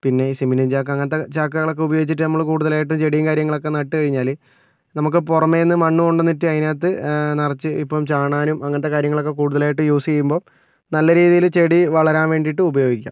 പിന്നെ ഈ സിമന്റും ചാക്ക് അങ്ങനത്തെ ചാക്കുകളൊക്കെ ഉപയോഗിച്ചിട്ട് നമ്മൾ കൂടുതലായിട്ട് ചെടിയും കാര്യങ്ങളൊക്കെ നട്ട് കഴിഞ്ഞാൽ നമുക്ക് പുറമേന്ന് മണ്ണ് കൊണ്ട് വന്ന് ഇട്ട് അതിനകത്ത് നിറച്ച് ഇപ്പം ചാണാനും അങ്ങനത്തെ കാര്യങ്ങളൊക്കെ കൂടുതലായിട്ട് യൂസ് ചെയ്യുമ്പോൾ നല്ല രീതിയിൽ ചെടി വളരാൻ വേണ്ടിയിട്ടും ഉപയോഗിക്കാം